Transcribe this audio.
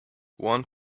one